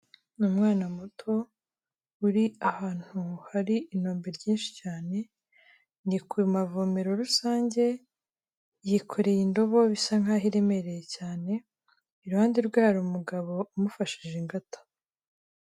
Ni umwana muto uri ahantu hari inombe ryinshi cyane, ni ku mavomero rusange yikoreye indobo bisa nkaho iremereye cyane, iruhande rwe hari umugabo umufashije ingata.